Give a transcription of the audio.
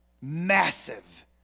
massive